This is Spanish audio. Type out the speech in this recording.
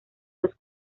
los